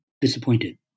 disappointed